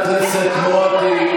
התעלמות כזאת מהמציאות.